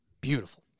Beautiful